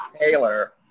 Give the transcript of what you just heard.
Taylor